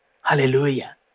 Hallelujah